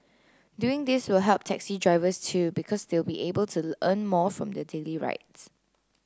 doing this will help taxi drivers too because they'll be able to earn more from their daily rides